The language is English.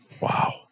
Wow